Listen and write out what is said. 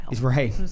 Right